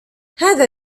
هذا